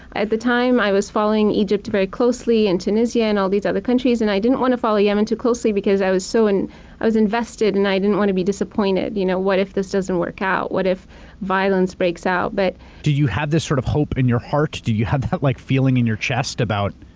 at the time i was following egypt very closely, and tunisia, and all these other countries. and i didn't want to follow yemen too closely because i was so. i was invested and i didn't want to be disappointed. you know, what if this doesn't work out? what if violence breaks out? but do you have this sort of hope in your heart? do you have that like feeling in your chest about.